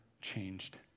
changed